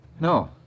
No